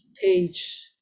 page